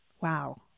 Wow